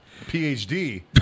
PhD